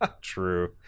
True